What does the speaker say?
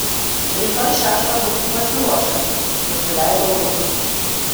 rytoj šeštą būsiu pasiruošęs nusileido lukas